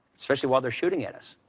especially while they're shooting at us.